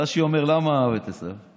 רש"י אומר: למה אהב את עשיו?